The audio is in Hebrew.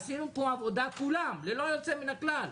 עשינו פה עבודה כולם ללא יוצא מן הכלל.